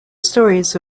stories